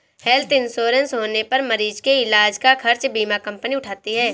health insurance होने पर मरीज के इलाज का खर्च बीमा कंपनी उठाती है